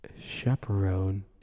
Chaperone